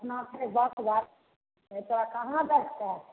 अपना छै दस वार्ड तोरा कहाँ जायके छऽ